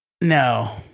No